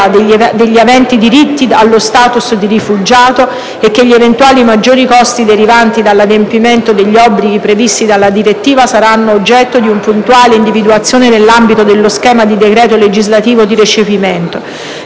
degli aventi diritto allo *status* di rifugiato, e che gli eventuali maggiori costi derivanti dall'adempimento degli obblighi previsti dalla direttiva saranno oggetto di puntuale individuazione nell'ambito dello schema di decreto legislativo di recepimento;